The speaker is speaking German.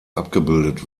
abgebildet